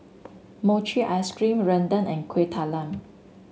Mochi Ice Cream rendang and Kueh Talam